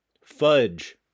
fudge